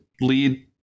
lead